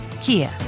Kia